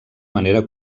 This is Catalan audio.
manera